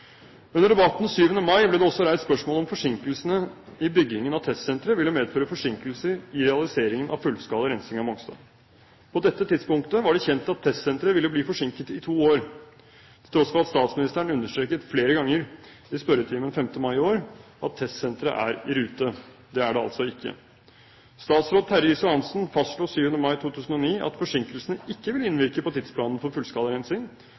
Under debatten den 7. mai ble det også reist spørsmål ved om forsinkelsene i byggingen av testsenteret ville medføre forsinkelser i realiseringen av fullskala rensing av Mongstad. På dette tidspunktet var det kjent at testsenteret ville bli forsinket i to år, til tross for at statsministeren understreket flere ganger i spørretimen den 5. mai i år at testsenteret er i rute. Det er det altså ikke. Statsråd Terje Riis-Johansen fastslo den 7. mai 2009 at forsinkelsene ikke ville innvirke på tidsplanen for